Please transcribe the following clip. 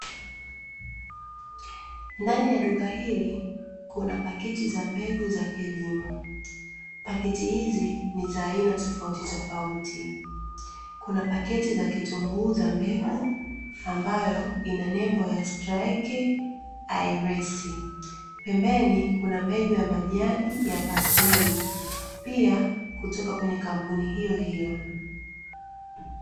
Ndani ya duka hili Kuna pakiti za mbegu za kilimo. Pakiti hizi ni za aina tofautitofauti, kuna paketi za vitunguu za mbegu ambayo ina nembo ya "STARKE AYRES". Pembeni kuna mbegu za majani za paslei, pia kutoka kwenye kampuni hiyohiyo.